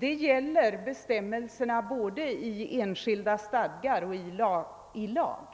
gäller bestämmelserna både i enskilda stadgar och i lagen.